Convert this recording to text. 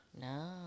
no